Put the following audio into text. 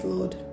Lord